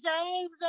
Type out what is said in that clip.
James